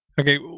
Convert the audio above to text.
Okay